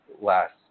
last